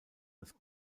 als